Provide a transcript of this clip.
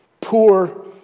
Poor